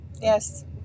yes